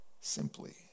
simply